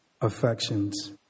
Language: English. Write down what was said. affections